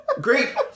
great